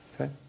Okay